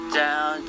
down